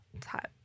type